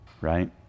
Right